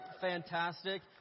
fantastic